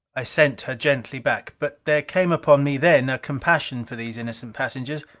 i sent her gently back. but there came upon me then a compassion for these innocent passengers,